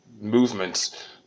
movements